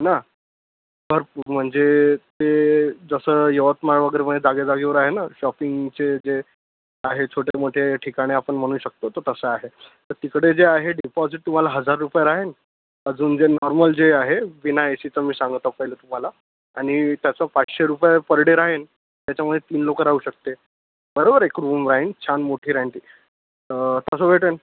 ना भरपूर म्हणजे ते जसं यवतमाळ वगैरेमधे जागेजागेवर आहे न शॉपिंगचे जे आहेत छोटे मोठे ठिकाणे आपण म्हणू शकतो तर तसं आहे तर तिकडे जे आहे डिपॉझिट तुम्हाला हजार रुपये राहेन अजून जे नॉर्मल जे आहे बिना एसीचं मी सांगत आहो पहिलं तुम्हाला आणि त्याचं पाचशे रुपये पर डे राहेन त्याच्यामध्ये तीन लोक राहू शकते बरोबर आहे एक रूम राहेन छान मोठी राहेन ती तसं भेटेन